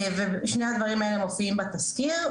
שני הדברים האלה מופיעים בתזכיר.